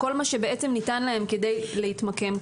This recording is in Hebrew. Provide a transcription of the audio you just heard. כל מה שבעצם ניתן להם כדי להתמקם כאן.